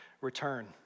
return